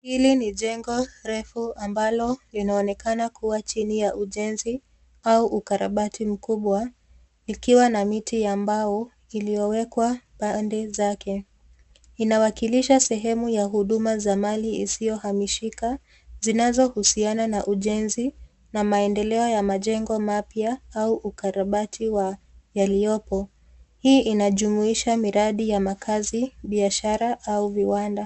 Hili ni jengo refu ambalo lonaonekana kuwa chini ya ijenzi au ukarabati mkubwa ikiwa na miti ya mbao iliyowekwa pande zake. Inawakilisha sehemu ya huduma za mali isiyohamishika zinazohusiana na ujenzi na maendeleo ya majengo mapya au ukarabati wa yaliyopo. Hii inajumuisha miradi ya makazi, biashara au viwanda.